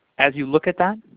as you look at that,